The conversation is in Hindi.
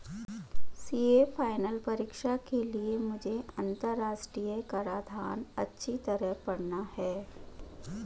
सीए फाइनल परीक्षा के लिए मुझे अंतरराष्ट्रीय कराधान अच्छी तरह पड़ना है